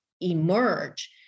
emerge